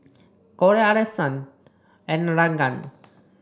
Corey Alison and Regan